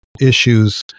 issues